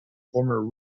former